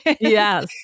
yes